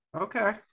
okay